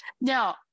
Now